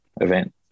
event